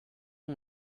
ont